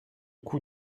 coût